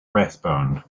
rathbone